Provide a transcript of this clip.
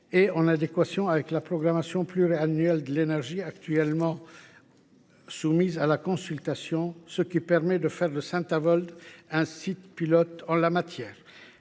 est en adéquation avec la programmation pluriannuelle de l’énergie (PPE) actuellement soumise à la consultation, et qui fait de Saint Avold un site pilote en la matière.